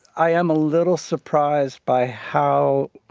i am a little surprised by how